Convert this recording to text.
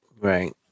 right